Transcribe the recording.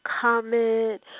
comment